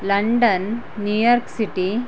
London New York city